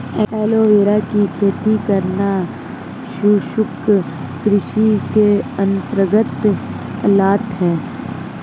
aloe vera की खेती करना शुष्क कृषि के अंतर्गत आता है